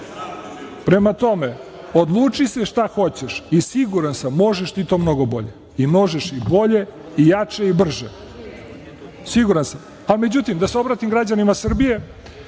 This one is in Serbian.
kažem. Prema tome, odluči se šta hoćeš i siguran sam – možeš ti to mnogo bolje. Možeš i bolje i jače i brže, siguran sam.Međutim, da se obratim građanima Srbije